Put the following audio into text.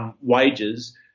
wages